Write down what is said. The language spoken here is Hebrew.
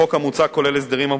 החוק המוצע כולל הסדרים,